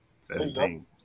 Seventeen